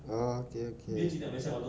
oh okay okay